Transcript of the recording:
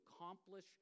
accomplish